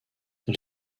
elle